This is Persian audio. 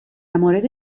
مورد